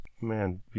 Man